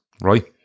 right